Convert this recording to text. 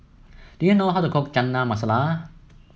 do you know how to cook Chana Masala